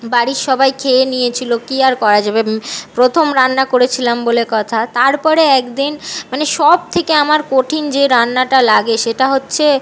বাড়ির সবাই খেয়ে নিয়েছিলো কি আর করা যাবে প্রথম রান্না করেছিলাম বলে কথা তারপরে একদিন মানে সবথেকে আমার কঠিন যে রান্নাটা লাগে সেটা হচ্ছে